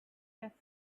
cassie